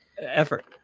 effort